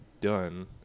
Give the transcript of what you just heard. done